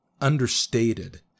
understated